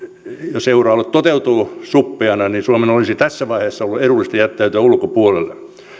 jos euroalue toteutuu suppeana niin suomen olisi tässä vaiheessa edullista jättäytyä ulkopuolelle